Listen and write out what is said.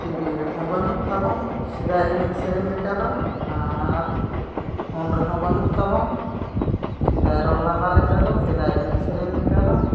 TV ᱨᱮᱦᱚᱸ ᱵᱟᱹᱱᱩᱜ ᱛᱟᱵᱚᱱ ᱥᱮᱫᱟᱭ ᱮᱱᱮᱡ ᱥᱮᱨᱮᱧ ᱞᱮᱠᱟᱫᱚ ᱟᱨ ᱯᱷᱳᱱ ᱨᱮᱦᱚᱸ ᱵᱟᱹᱱᱩᱜ ᱛᱟᱵᱚᱱ ᱥᱮᱫᱟᱭ ᱨᱚᱲ ᱞᱟᱸᱫᱟ ᱞᱮᱠᱟ ᱫᱚ ᱥᱮᱫᱟᱭ ᱮᱱᱮᱡ ᱥᱮᱨᱮᱧ ᱞᱮᱠᱟᱫᱚ